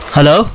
Hello